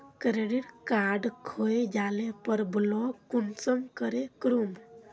Credit card खोये जाले पर ब्लॉक कुंसम करे करूम?